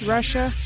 Russia